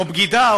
או בגידה,